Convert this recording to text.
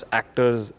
actors